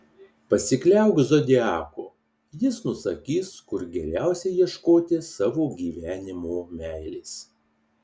pasikliauk zodiaku jis nusakys kur geriausia ieškoti savo gyvenimo meilės